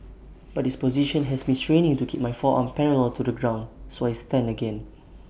but this position has me straining to keep my forearm parallel to the ground so I stand again